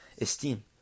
esteem